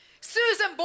Susan